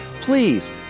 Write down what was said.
Please